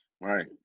Right